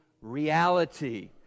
reality